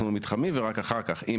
עכשיו רוצים לשנות למסחרי ואחר כך רוצים